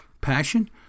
passion